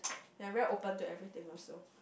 and I very open to everything also